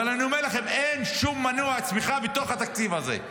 אבל אני אומר לכם: אין שום מנוע צמיחה בתוך התקציב הזה.